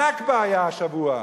יום הנכבה היה השבוע.